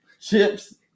chips